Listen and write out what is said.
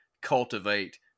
cultivate